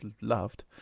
loved